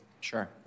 Sure